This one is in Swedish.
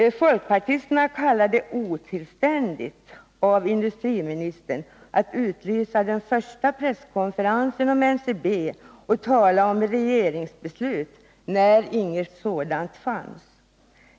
Det står bl.a. följande: ”De kallar det otillständigt av industriministern att utlysa den första presskonferensen om NCB och tala om regeringsbeslut när inget sådant fanns.